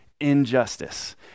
injustice